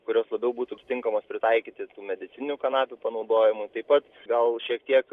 kurios labiau būtų atitinkamos pritaikyti medicininių kanapių panaudojimui taip pat gal šiek tiek